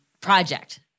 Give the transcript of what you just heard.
project